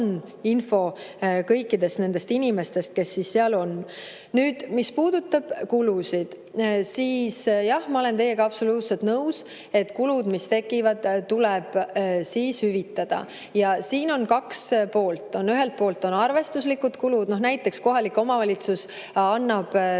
info kõikidest nendest inimestest, kes seal on? Nüüd, mis puudutab kulusid, siis jah, ma olen teiega absoluutselt nõus, et kulud, mis tekivad, tuleb hüvitada. Ja siin on kaks poolt. Ühelt poolt on arvestuslikud kulud, näiteks kohalik omavalitsus annab